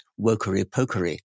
wokery-pokery